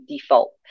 default